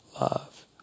love